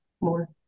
more